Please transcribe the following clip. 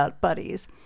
buddies